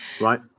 right